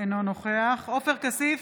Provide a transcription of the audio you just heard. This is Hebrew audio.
אינו נוכח עופר כסיף,